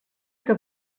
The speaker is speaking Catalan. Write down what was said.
que